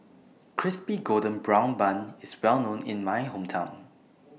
Crispy Golden Brown Bun IS Well known in My Hometown